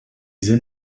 sind